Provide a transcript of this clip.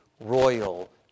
royal